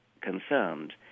concerned